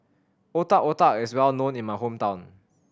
Otak Otak is well known in my hometown